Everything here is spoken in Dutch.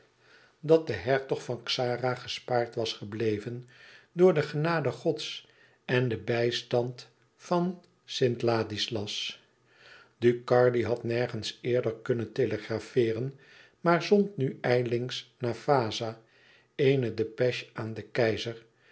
dat de hertog van xara gespaard was gebleven door de genade gods en den bijstand van st ladislas ducardi had nergens eerder kunnen telegrafeeren maar zond nu ijlings naar vaza eene depêche aan den keizer